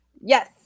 Yes